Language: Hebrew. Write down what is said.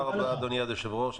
תודה רבה אדוני היושב ראש.